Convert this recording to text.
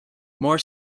more